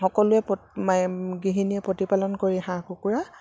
সকলোৱে প মে গৃহিণীয়ে প্ৰতিপালন কৰি হাঁহ কুকুৰা